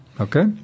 Okay